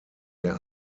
der